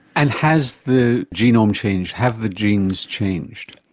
and has the genome changed, have the genes changed?